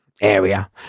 area